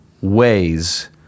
ways